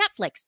Netflix